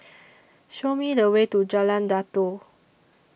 Show Me The Way to Jalan Datoh